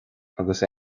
agus